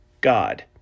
God